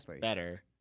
better